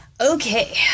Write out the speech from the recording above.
Okay